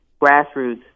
grassroots